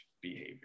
behavior